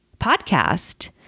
podcast